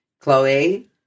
Chloe